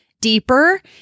deeper